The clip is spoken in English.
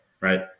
right